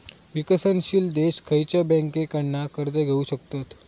विकसनशील देश खयच्या बँकेंकडना कर्ज घेउ शकतत?